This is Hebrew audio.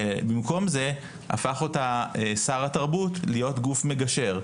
במקום זה הפך אותה שר התרבות להיות גוף מגשר,